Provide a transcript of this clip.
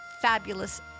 Fabulous